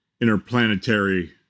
interplanetary